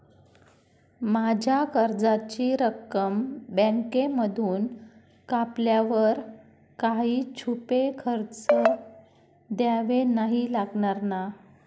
माझ्या कर्जाची रक्कम बँकेमधून कापल्यावर काही छुपे खर्च द्यावे नाही लागणार ना?